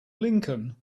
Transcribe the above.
lincoln